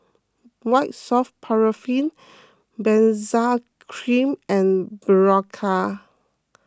White Soft Paraffin Benzac Cream and Berocca